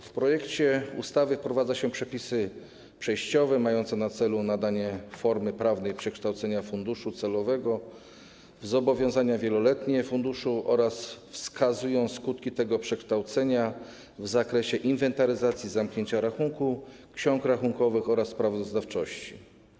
W projekcie ustawy wprowadza się przepisy przejściowe mające na celu nadanie formy prawnej przekształceniu funduszu celowego w zobowiązanie wieloletnie funduszu oraz wskazujące skutki tego przekształcenia w zakresie inwentaryzacji, zamknięcia rachunku, ksiąg rachunkowych oraz sprawozdawczości.